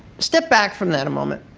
step back from that a moment